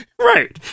Right